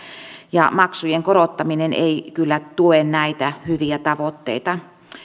maksujen korottaminen ei kyllä tue näitä hyviä tavoitteita